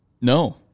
No